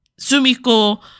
sumiko